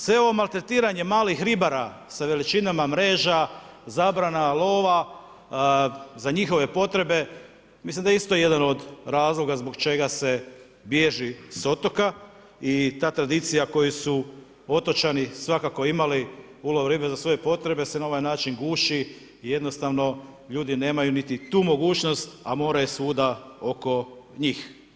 Sve ovo maltretiranje malih ribara sa veličinama mreža, zabrana lova za njihove potrebe, mislim da je isto jedan od razloga zbog čega se bježi s otoka i ta tradicija koju su otočani svakako imali ulov ribe za svoje potrebe se na ovaj način guši i jednostavno ljudi nemaju niti tu mogućnost, a more je svuda oko njih.